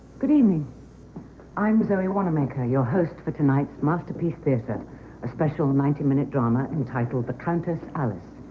good evening i'm zoe wanamaker your host for tonight's masterpiece theater a special ninety minute drama entitled the countess alice.